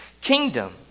kingdom